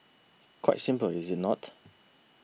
quite simple is it not